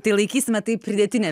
tai laikysime tai pridėtine